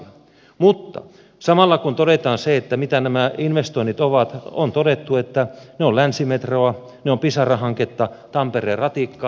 mutta samalla kun todetaan se mitä nämä investoinnit ovat on todettu että ne ovat länsimetroa ne ovat pisara hanketta tampereen ratikkaa